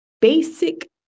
basic